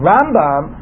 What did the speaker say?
Rambam